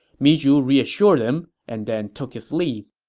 mi zhu reassured him and then took his leave